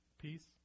Peace